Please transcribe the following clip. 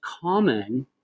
common